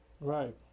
Right